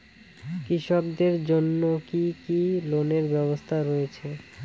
কৃষকদের জন্য কি কি লোনের ব্যবস্থা রয়েছে?